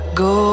go